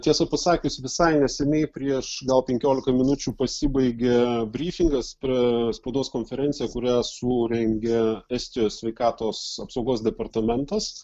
tiesa pasakius visai neseniai prieš gal penkiolika minučių pasibaigė bryfingas praėjo spaudos konferencija kurią surengė estijos sveikatos apsaugos departamentas